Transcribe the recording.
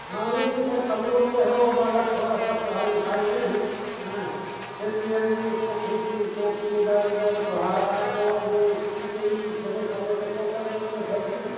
हाँ मैंने सर कामजोर तो है वो बालक थोड़ा सा पढ़ाई लिखाई में हाँ फिर भी हम उसको खूब कोचिंग इधर उधर पढ़ा रहे हैं और भी स्कूल से समय समय पर पहुँचा देते हैं सर जी